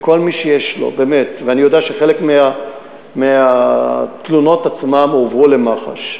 אני יודע שחלק מהתלונות עצמן הועברו למח"ש,